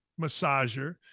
massager